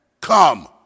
come